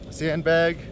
sandbag